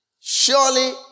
Surely